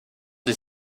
des